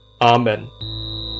Amen